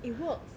it works